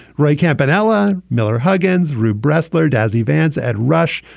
ray campanella. miller huggins. rioux bresler. darzi vance at rush.